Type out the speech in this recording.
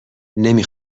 نمی